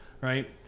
Right